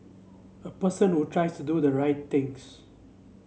a person who tries to do the right things